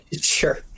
Sure